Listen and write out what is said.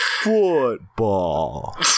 Football